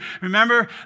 Remember